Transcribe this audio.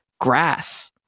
grass